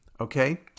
okay